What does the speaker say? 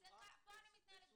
פה אני מתנהלת בשיח.